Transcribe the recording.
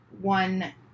one